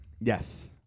Yes